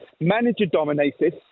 manager-dominated